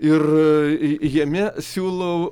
ir jame siūlau